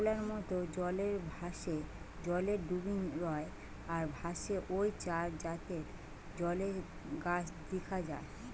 শ্যাওলার মত, জলে ভাসে, জলে ডুবি রয় আর ভাসে ঔ চার জাতের জলের গাছ দিখা যায়